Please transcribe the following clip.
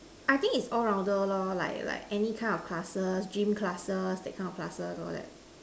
I think it's all rounder like like any kind of classes gym classes that kind of classes all that